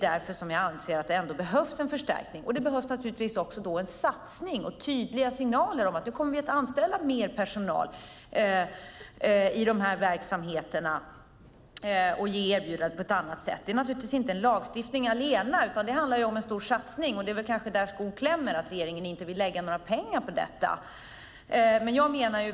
Därför anser jag att det behövs en förstärkning. Det behövs naturligtvis en satsning och det behövs tydliga signaler om att man kommer att anställa mer personal i de här verksamheterna. Det är inte endast fråga om lagstiftning, utan det handlar om en stor satsning. Det kanske är där skon klämmer, att regeringen inte vill lägga några pengar på detta.